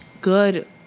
good